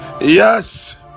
Yes